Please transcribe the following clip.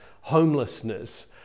homelessness